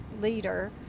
leader